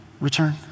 return